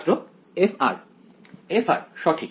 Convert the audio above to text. f সঠিক